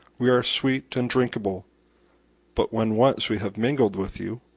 we are sweet and drinkable but when once we have mingled with you,